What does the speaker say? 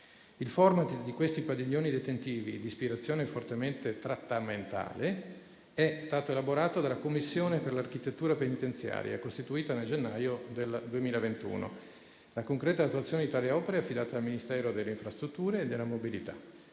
Il *format* di questi padiglioni detentivi, di ispirazione fortemente trattamentale, è stato elaborato dalla commissione per l'architettura penitenziaria, costituita nel gennaio del 2021. La concreta attuazione di tali opere è affidata al Ministero delle infrastrutture e dei